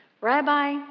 Rabbi